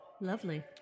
Lovely